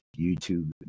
YouTube